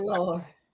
Lord